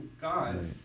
God